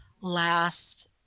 last